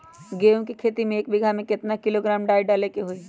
गेहूं के खेती में एक बीघा खेत में केतना किलोग्राम डाई डाले के होई?